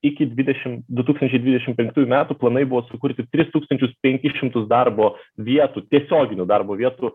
iki dvidešim du tūkstančiai dvidešim penktųjų metų planai buvo sukurti tris tūkstančius penkis šimtus darbo vietų tiesioginių darbo vietų